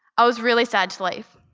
i was really sad to leave.